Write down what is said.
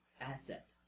asset